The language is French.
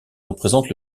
représente